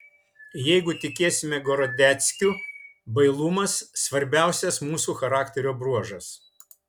jeigu tikėsime gorodeckiu bailumas svarbiausias mūsų charakterio bruožas